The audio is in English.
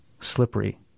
slippery